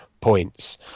Points